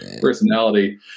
personality